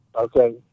Okay